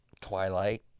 Twilight